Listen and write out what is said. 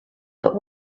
but